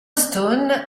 stone